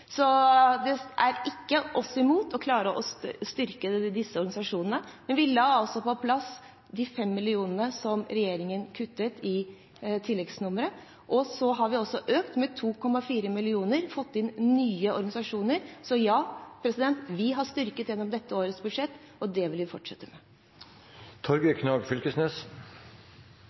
Så det er ikke oss imot å klare å styrke disse organisasjonene, men vi la altså på plass de 5 mill. kr som regjeringen kuttet i tilleggsnummeret, og så har vi også økt med 2,4 mill. kr og fått inn nye organisasjoner. Så ja, vi har gjennom dette styrket årets budsjett, og det vil vi fortsette